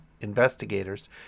investigators